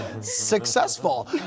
Successful